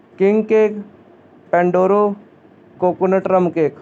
king cake pandoro coconut rum cake